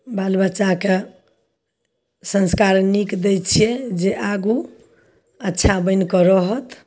बाल बच्चाके संस्कार नीक दै छियै जे आगू अच्छा बनि कऽ रहत